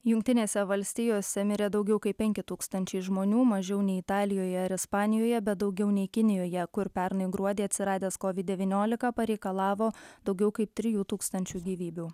jungtinėse valstijose mirė daugiau kaip penki tūkstančiai žmonių mažiau nei italijoje ar ispanijoje bet daugiau nei kinijoje kur pernai gruodį atsiradęs covid devyniolika pareikalavo daugiau kaip trijų tūkstančių gyvybių